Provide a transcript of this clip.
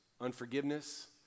unforgiveness